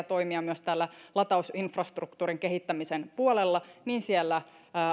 toimia myös latausinfrastruktuurin kehittämisen puolella niin